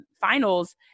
finals